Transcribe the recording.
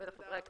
ולחברי הכנסת.